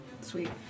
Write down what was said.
Sweet